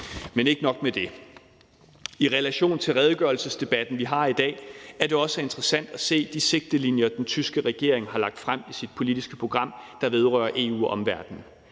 Men ikke nok med det – i relation til redegørelsesdebatten, vi har i dag, er det også interessant at se de sigtelinjer, den tyske regering har lagt frem i sit politiske program, der vedrører EU og omverdenen.